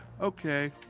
okay